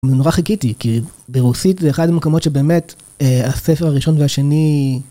נורא חיכיתי כי ברוסית זה אחד המקומות שבאמת הספר הראשון והשני.